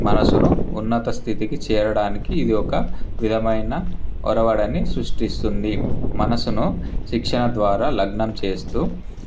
మనసును ఉన్నత స్థితికి చేరడానికి ఇది ఒక విధమైన ఒరవడిని సృష్టిస్తుంది మనసును శిక్షణ ద్వారా లగ్నం చేస్తూ